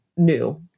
New